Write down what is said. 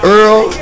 Earl